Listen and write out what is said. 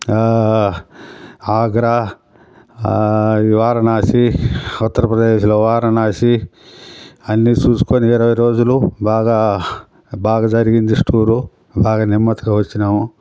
ఆగ్రా వారణాసి ఉత్తర ప్రదేశ్లో వారణాసి అన్నీ చూసుకుని ఇరవై రోజులు బాగా బాగా జరిగింది టూరు బాగా నెమ్మదిగా వచ్చినాము